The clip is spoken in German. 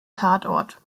tatort